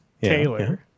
Taylor